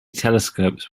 telescopes